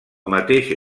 mateix